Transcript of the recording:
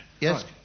yes